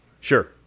Sure